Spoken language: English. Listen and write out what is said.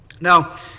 Now